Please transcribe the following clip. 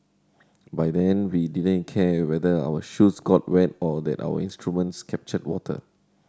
by then we didn't care whether our shoes got wet or that our instruments captured water